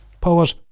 Poet